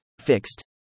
Fixed